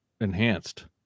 enhanced